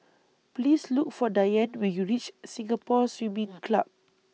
Please Look For Dianne when YOU REACH Singapore Swimming Club